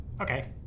Okay